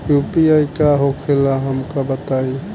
UPI का होखेला हमका बताई?